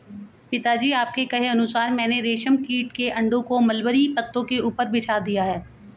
पिताजी आपके कहे अनुसार मैंने रेशम कीट के अंडों को मलबरी पत्तों के ऊपर बिछा दिया है